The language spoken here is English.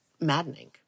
maddening